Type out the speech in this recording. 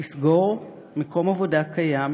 לסגור מקום עבודה קיים